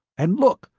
and look,